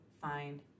find